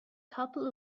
couple